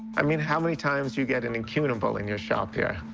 i mean, how many times do you get an incunable in your shop here?